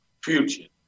future